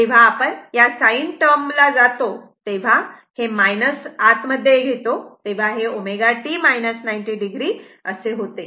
जेव्हा आपण या साईन टर्म ला जातो आणि हे मायनस आत मध्ये घेतो तेव्हा हे ω t 90 o असे होते